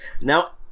now